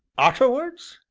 arterwards,